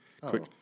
quick